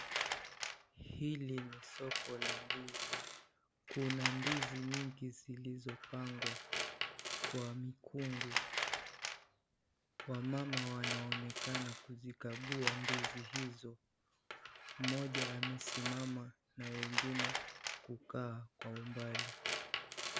Hili ni soko la ndizi, kuna ndizi mingi zilizopangwa kwa mikungu. Wamama wanaonekana kuzikagua ndizi hizo. Mmoja amesimama na wengine kukaa kwa umbali.